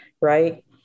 Right